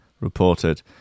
reported